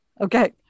Okay